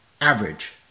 average